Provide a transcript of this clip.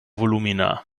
volumina